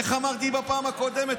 איך אמרתי בפעם הקודמת?